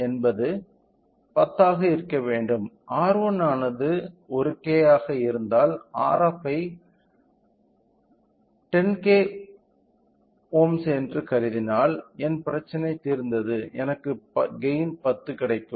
R1 ஆனது 1K ஆக இருந்தால் Rf ஐ 10 கிலோ ஓம்ஸ் என்று கருதினால் என் பிரச்சனை தீர்ந்தது எனக்கு கெய்ன் 10 கிடைக்கும்